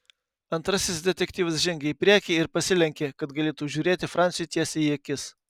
antrasis detektyvas žengė į priekį ir pasilenkė kad galėtų žiūrėti franciui tiesiai į akis